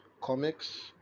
comics